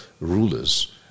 rulers